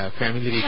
family